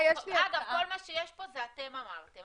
כל מה שיש פה זה אתם אמרתם,